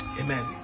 amen